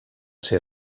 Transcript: ser